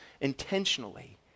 intentionally